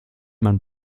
man